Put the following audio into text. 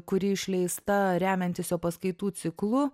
kuri išleista remiantis jo paskaitų ciklu